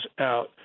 out